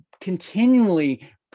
continually